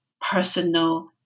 personal